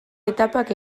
etapak